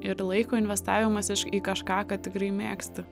ir laiko investavimas į kažką ką tikrai mėgsti